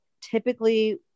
typically